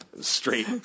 straight